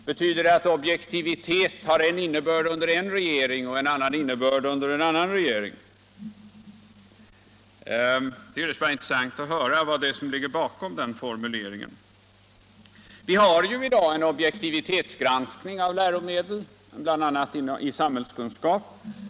Betyder det att ”objektivitet” har en innebörd under en regering och en annan innebörd under en annan regering? Jag tycker det skulle vara intressant att höra vad det är som ligger bakom den formuleringen. Vi har i dag en objektivitetsgranskning av läromedlen, bl.a. i samhällskunskap.